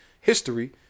History